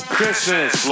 Christmas